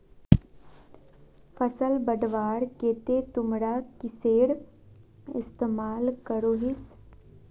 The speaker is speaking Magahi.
फसल बढ़वार केते तुमरा किसेर इस्तेमाल करोहिस?